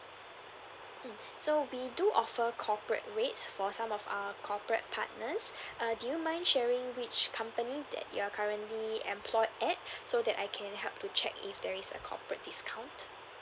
mm so we do offer corporate rates for some of our corporates partners err do you mind sharing which company that you're currently employed at so that I can help to check if there is a corporate discount